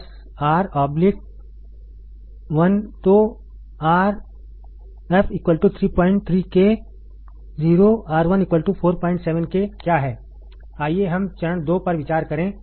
तो Rf 33k R1 47kक्या है आइए हम चरण दो पर विचार करें